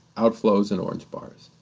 outflows in orange bars.